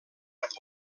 perd